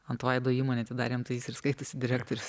ant vaido įmonę atidarėm tai jis ir skaitosi direktorius